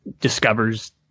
discovers